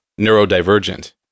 neurodivergent